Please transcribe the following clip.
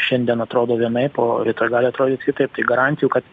šiandien atrodo vienaip o rytoj gali atrodyt kitaip tai garantijų kad